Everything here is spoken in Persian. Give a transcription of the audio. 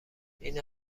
این